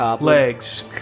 legs